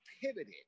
pivoted